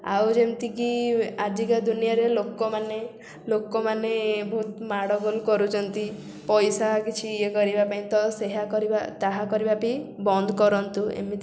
ଆଉ ଯେମିତିକି ଆଜିକା ଦୁନିଆରେ ଲୋକମାନେ ଲୋକମାନେ ବହୁତ ମାଡ଼ଗୋଳ କରୁଛନ୍ତି ପଇସା କିଛି ଇଏ କରିବା ପାଇଁ ତ ସେହା କରିବା ତାହା କରିବା ବି ବନ୍ଦ କରନ୍ତୁ ଏମିତି